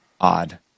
odd